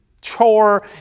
chore